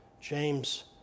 James